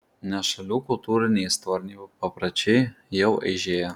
nes šalių kultūriniai istoriniai papročiai jau eižėja